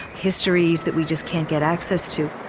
histories that we just can't get access to.